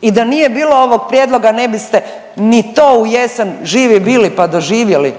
I da nije bilo ovog prijedloga ne biste ni to u jesen, živi bili pa doživjeli